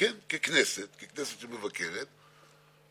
שכושר ההמצאה ויכולת פתרון הבעיות שלהם נודעים בעולם